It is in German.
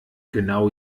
genau